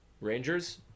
Rangers